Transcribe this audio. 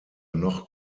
noch